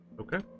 Okay